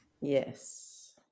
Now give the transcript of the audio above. Yes